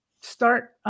start